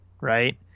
right